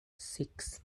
six